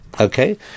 Okay